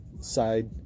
side